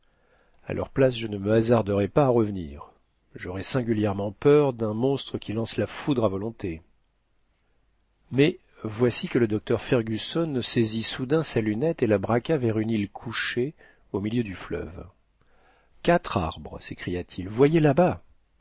à leur place je ne me hasardera pas à revenir j'aurais singulièrement peur d'un monstre qui lance la foudre à volonté mais voici que le docteur fergusson saisit soudain sa lunette et la braqua vers une île couchée au milieu du fleuve quatre arbres s'écria-t-il voyez là-bas